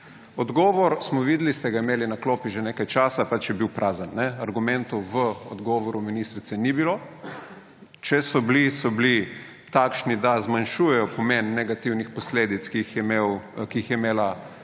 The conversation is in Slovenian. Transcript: Odgovor smo videli, ste ga imeli na klopi že nekaj časa, pač je bil prazen. Argumentov v odgovoru ministrice ni bilo. Če so bili, so bili takšni, da zmanjšujejo pomen negativnih posledic, ki jih je imela